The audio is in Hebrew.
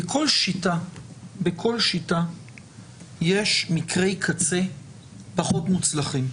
בכל שיטה יש מקרי קצה פחות מוצלחים.